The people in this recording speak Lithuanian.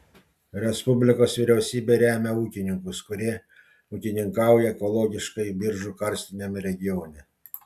respublikos vyriausybė remia ūkininkus kurie ūkininkauja ekologiškai biržų karstiniame regione